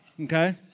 Okay